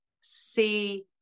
see